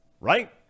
right